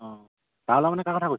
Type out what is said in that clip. অঁ তাৰ ল'ৰা মানে কাৰ কথা কৈছে